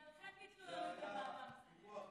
בגללכם ביטלו היום את הוועדה המסדרת.